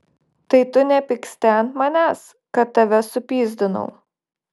tai tu nepyksti ant manęs kad tave supyzdinau